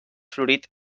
florit